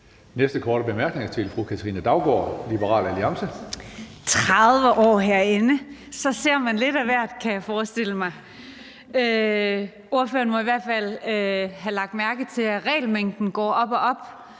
næste korte bemærkning er til fru Katrine Daugaard, Liberal Alliance. Kl. 16:07 Katrine Daugaard (LA): 30 år herinde – så har man set lidt af hvert, kan jeg forestille mig. Ordføreren må i hvert fald have lagt mærke til, at regelmængden går op og op,